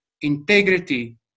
Integrity